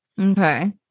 Okay